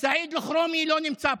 סעיד אלחרומי לא נמצא פה,